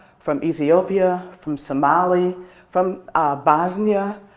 from ethiopia, from somalia from bosnia,